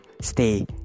stay